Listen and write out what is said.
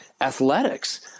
athletics